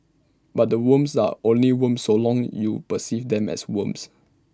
but the worms are only worms so long you perceive them as worms